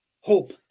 Hope